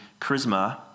charisma